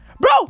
Bro